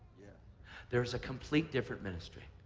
yeah there is a complete different ministry.